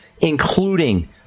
including